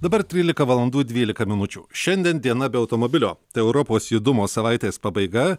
dabar trylika valandų dvylika minučių šiandien diena be automobilio europos judumo savaitės pabaiga